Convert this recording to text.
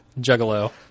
Juggalo